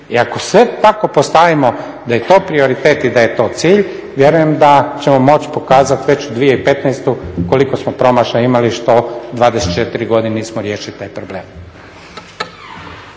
I ako sve tako postavimo da je to prioritet i da je to cilj, vjerujem da ćemo moći pokazat već u 2015. koliko smo promašaja imali i što 24 godine nismo riješili taj problem.